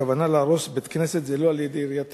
הכוונה להרוס בית-כנסת היא לא של עיריית תל-אביב,